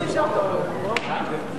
ההצעה להסיר את הנושא מסדר-היום של הכנסת נתקבלה.